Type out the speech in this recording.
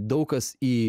daug kas į